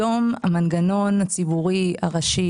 היום המנגנון הציבורי הראשי,